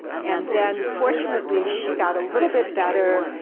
and then fortunately she got a little bit better,